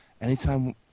anytime